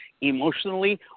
emotionally